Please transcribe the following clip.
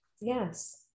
yes